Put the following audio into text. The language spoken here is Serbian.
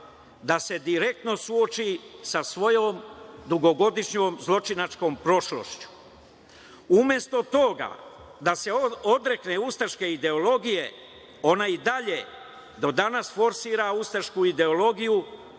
da se direktno suoči sa svojom dugogodišnjom zločinačkom prošlošću. Umesto toga, da se odrekne ustaške ideologije, ona i dalje do danas forsira ustašku ideologiju